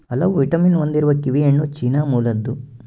ಹಲವು ವಿಟಮಿನ್ ಹೊಂದಿರುವ ಕಿವಿಹಣ್ಣು ಚೀನಾ ಮೂಲದ್ದು